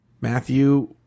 Matthew